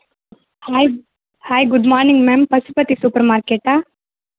hi hi good morning ma'am Pashupati super మార్కెటా